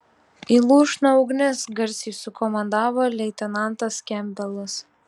į lūšną ugnis garsiai sukomandavo leitenantas kempbelas